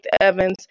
Evans